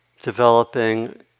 developing